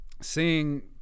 seeing